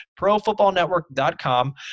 profootballnetwork.com